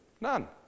None